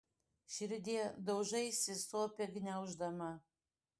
širdie daužaisi sopę gniauždama